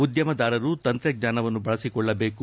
ಉದ್ಯಮೆದಾರರು ತಂತ್ರಜ್ಞಾನವನ್ನು ಬಳಸಿಕೊಳ್ಳದೇಕು